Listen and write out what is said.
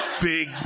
big